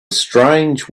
strange